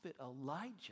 Elijah